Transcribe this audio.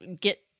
get